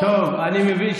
אבל הוא לא נתן העזתי.